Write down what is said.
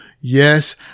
yes